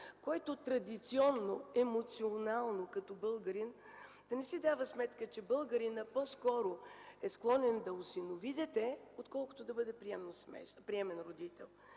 който традиционно, емоционално, като българин да не си дава сметка, че българинът е склонен по-скоро да осинови дете, отколкото да бъде приемен родител.